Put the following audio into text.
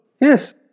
Yes